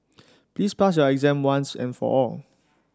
please pass your exam once and for all